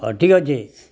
ହଉ ଠିକ୍ ଅଛି